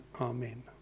amen